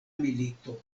milito